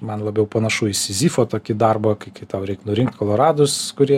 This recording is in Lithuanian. man labiau panašu į sizifo tokį darbą kai kai tau reik nurinkt koloradus kurie